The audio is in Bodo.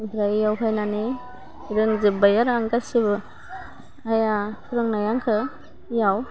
ओमफ्राय बेयाव फैनानै रोंजोब्बाय आरो आं गासैखौबो आइया फोरोंनाय आंखौ बेयाव